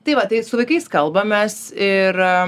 tai va tai su vaikais kalbamės ir